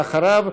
ואחריו,